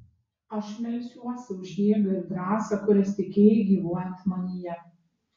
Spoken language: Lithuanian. aš melsiuosi už jėgą ir drąsą kurias tikėjai gyvuojant manyje